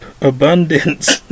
abundance